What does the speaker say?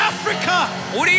Africa